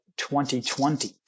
2020